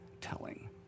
telling